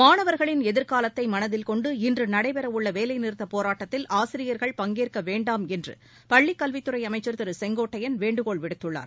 மாணவர்களின் எதிர்காலத்தை மனதில்கொண்டு இன்று நடைபெற உள்ள வேலைநிறுத்த போராட்டத்தில் ஆசிரியர்கள் பங்கேற்க வேண்டாம் என்று பள்ளிக்கல்வித் துறை அமைச்சா் திரு செங்கோட்டையன் வேண்டுகோள் விடுத்துள்ளார்